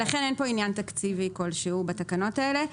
ולכן אין פה עניין תקציבי כלשהו בתקנות האלה.